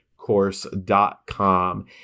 course.com